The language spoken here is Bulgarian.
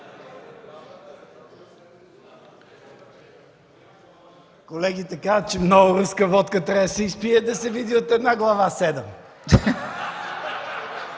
Колегите казват, че много руска водка трябва да се изпие, за да се видят от една глава